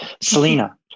Selena